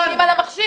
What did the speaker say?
מתקינים על המכשיר.